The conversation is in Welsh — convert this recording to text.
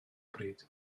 bryd